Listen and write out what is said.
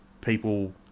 people